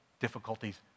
difficulties